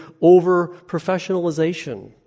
over-professionalization